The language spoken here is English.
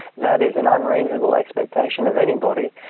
that is an unreasonable expectation of anybody,